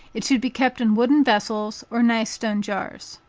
it should be kept in wooden vessels, or nice stone jars.